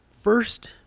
First